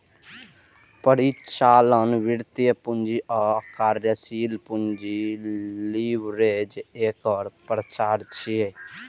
परिचालन, वित्तीय, पूंजी आ कार्यशील पूंजी लीवरेज एकर प्रकार छियै